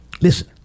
listen